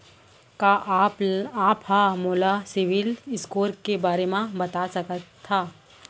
का आप हा मोला सिविल स्कोर के बारे मा बता सकिहा?